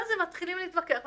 אז הם מתחילים להתווכח.